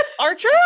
Archer